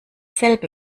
selbe